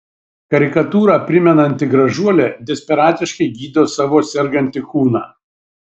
karikatūrą primenanti gražuolė desperatiškai gydo savo sergantį kūną